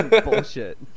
bullshit